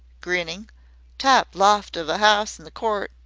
grinning top loft of a ouse in the court.